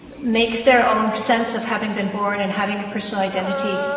makes their own sense of having been born and having a personal identity,